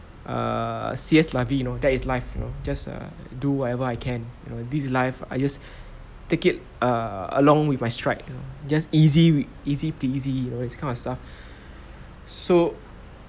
err c'est la vie you know that is life you know just err do whatever I can you know this is life I just take it err along with my stride you know just easy easy peasy you know this kind of stuff so